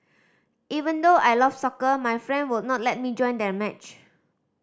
even though I love soccer my friend would not let me join their match